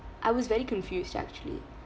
I was very confused actually